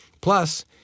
plus